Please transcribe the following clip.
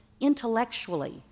intellectually